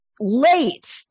Late